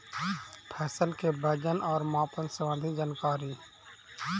फसल के वजन और मापन संबंधी जनकारी?